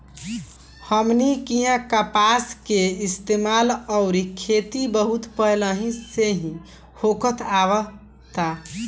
हमनी किहा कपास के इस्तेमाल अउरी खेती बहुत पहिले से ही होखत आवता